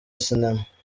sinema